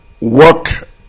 work